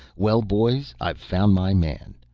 well, boys, i've found my man.